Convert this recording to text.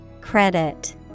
Credit